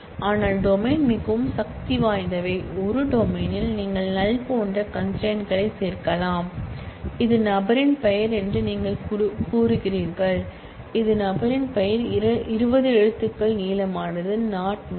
ஆனால் டொமைன் மிகவும் சக்திவாய்ந்தவை ஒரு டொமைனில் நீங்கள் NULL போன்ற கன்ஸ்ட்ரெயின் களையும் சேர்க்கலாம் இது நபரின் பெயர் என்று நீங்கள் கூறுகிறீர்கள் இந்த நபரின் பெயர் 20 எழுத்துக்கள் நீளமானது நாட் நல்